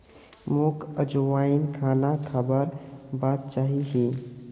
मोक अजवाइन खाना खाबार बाद चाहिए ही